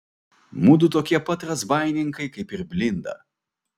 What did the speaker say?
mudu tokie pat razbaininkai kaip ir blinda